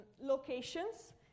locations